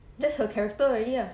that's her character already ah